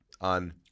on